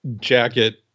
jacket